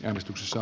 äänestyksessä